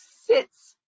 sits